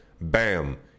Bam